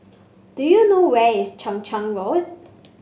do you know where is Chang Charn Road